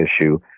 issue